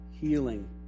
healing